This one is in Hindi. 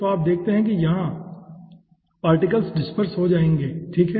तो आप देखते हैं कि यहां पार्टिकल्स डिस्पर्स हो जाएंगे ठीक है